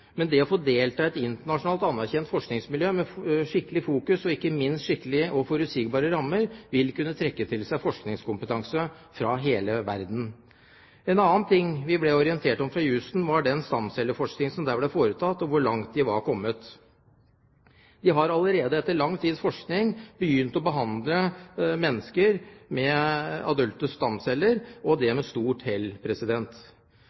Men det å få delta i et internasjonalt anerkjent forskningsmiljø med skikkelig fokus og, ikke minst, skikkelige og forutsigbare rammer vil kunne trekke til seg forskningskompetanse fra hele verden. En annen ting vi ble orientert om i Houston, var den stamcelleforskningen som der ble foretatt, og hvor langt de var kommet. De har allerede, etter lang tids forskning, begynt å behandle mennesker med adulte stamceller, og det